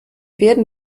werden